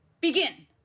Begin